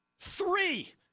Three